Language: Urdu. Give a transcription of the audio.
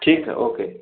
ٹھیک ہے اوکے